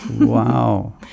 Wow